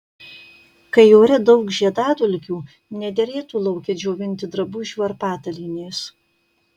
kai ore daug žiedadulkių nederėtų lauke džiovinti drabužių ar patalynės